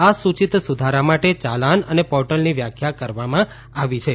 આ સૂચિત સુધારા માટે યાલાન અને પોર્ટલની વ્યાખ્યા કરવામાં આવી છે